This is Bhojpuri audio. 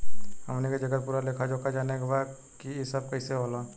हमनी के जेकर पूरा लेखा जोखा जाने के बा की ई सब कैसे होला?